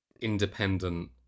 independent